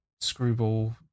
screwball